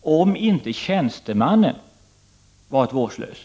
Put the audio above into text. om inte tjänstemannen varit vårdslös.